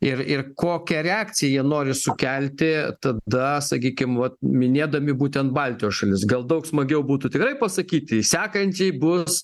ir ir kokią reakciją jie nori sukelti tada sakykim vat minėdami būtent baltijos šalis gal daug smagiau būtų tikrai pasakyti sekančiai bus